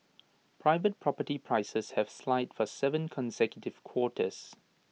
private property prices have slide for Seven consecutive quarters